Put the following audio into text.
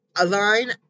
Aline